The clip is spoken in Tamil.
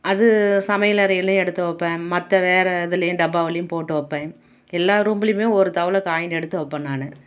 அது சமையல் அறையிலையும் எடுத்து வைப்பேன் மற்ற வேறு இதுலையும் டப்பாவுலையும் போட்டு வைப்பேன் எல்லா ரூம்லையுமே ஒரு தவளை காயின் எடுத்து வைப்பேன் நான்